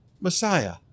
Messiah